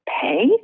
Pay